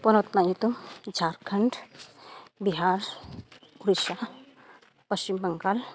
ᱯᱚᱱᱚᱛ ᱨᱮᱭᱟᱜ ᱧᱩᱛᱩᱢ ᱡᱷᱟᱲᱠᱷᱚᱸᱰ ᱵᱤᱦᱟᱨ ᱩᱲᱤᱥᱥᱟ ᱯᱚᱥᱪᱷᱤᱢ ᱵᱟᱝᱜᱟᱞ